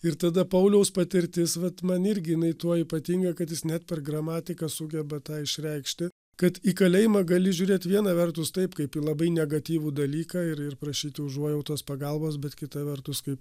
ir tada pauliaus patirtis vat man irgi jinai tuo ypatinga kad jis net per gramatiką sugeba tą išreikšti kad į kalėjimą gali žiūrėt viena vertus taip kaip į labai negatyvų dalyką ir ir prašyti užuojautos pagalbos bet kita vertus kaip